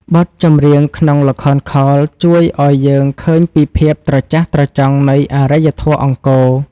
បទចម្រៀងក្នុងល្ខោនខោលជួយឱ្យយើងឃើញពីភាពត្រចះត្រចង់នៃអរិយធម៌អង្គរ។